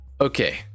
okay